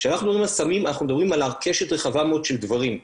כשאנחנו מדברים על סמים אנחנו מדברים על קשת רחבה מאוד של דברים.